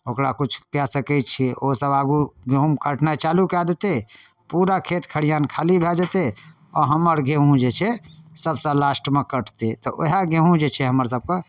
ओकरा किछु कऽ सकै छिए ओसब आगू गहूम काटनाइ चालू कऽ देतै पूरा खेत खलिहान खाली भऽ जेतै आओर हमर गेहूँ जे छै सबसँ लास्टमे कटतै तऽ वएह गेहूँ जे छै हमर सभके